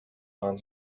waren